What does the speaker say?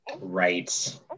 Right